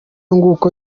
nguko